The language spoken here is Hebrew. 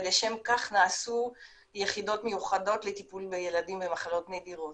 ולשם כך נעשו יחידות מיוחדות לטיפולים בילדים במחלות נדירות.